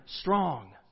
strong